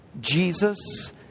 Jesus